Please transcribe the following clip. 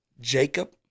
Jacob